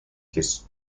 his